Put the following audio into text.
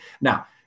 Now